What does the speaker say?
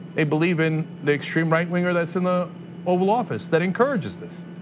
they believe in the extreme right winger that's in the oval office that encourages this.